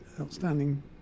outstanding